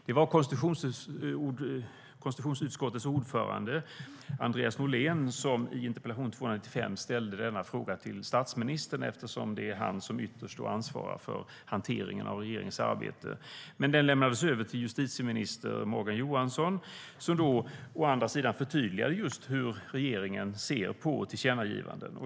Det var konstitutionsutskottets ordförande Andreas Norlén som i interpellation 295 ställde denna fråga till statsministern, eftersom det är han som ytterst ansvarar för hanteringen av regeringens arbete. Interpellationen lämnades över till justitieminister Morgan Johansson, som förtydligade just hur regeringen ser på tillkännagivanden.